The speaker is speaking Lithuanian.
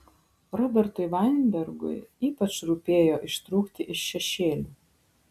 robertui vainbergui ypač rūpėjo ištrūkti iš šešėlių